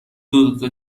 دوتا